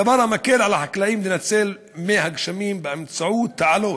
דבר המקל על החקלאים לנצל את מי הגשמים באמצעות תעלות.